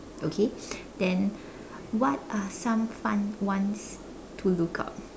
okay then what are some fun ones to look up